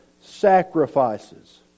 sacrifices